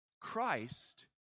Christ